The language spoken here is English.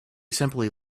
simply